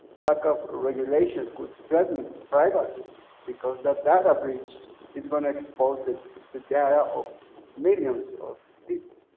lack of regulation could threaten privacy because that data breach is gonna expose the the data of millions of people.